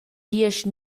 diesch